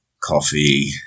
coffee